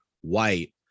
white